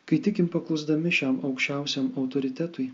kai tikim paklusdami šiam aukščiausiam autoritetui